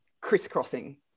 crisscrossing